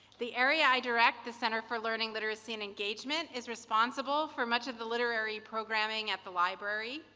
the area i direct, the center for learning, literacy, and engagement is responsible for much of the literary programming at the library.